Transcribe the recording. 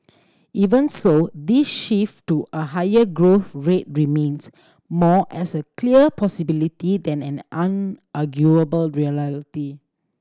even so this shift to a higher growth rate remains more as a clear possibility than an unarguable reality